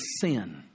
sin